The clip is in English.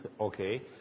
okay